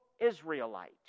Israelite